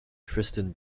tristan